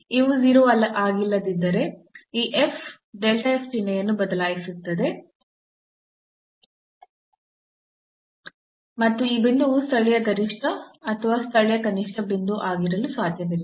ಇವು 0 ಆಗಿಲ್ಲದಿದ್ದರೆ ಈ f ಚಿಹ್ನೆಯನ್ನು ಬದಲಾಯಿಸುತ್ತಿದೆ ಮತ್ತು ಆ ಬಿಂದುವು ಸ್ಥಳೀಯ ಗರಿಷ್ಠ ಅಥವಾ ಸ್ಥಳೀಯ ಕನಿಷ್ಠ ಬಿಂದು ಆಗಿರಲು ಸಾಧ್ಯವಿಲ್ಲ